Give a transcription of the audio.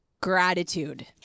gratitude